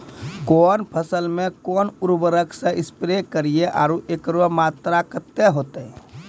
कौन फसल मे कोन उर्वरक से स्प्रे करिये आरु एकरो मात्रा कत्ते होते?